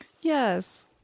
yes